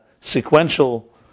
sequential